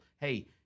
hey